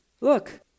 look